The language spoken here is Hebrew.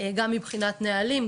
גם מבחינת נהלים,